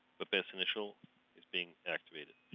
the best initial is being activated.